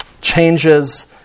changes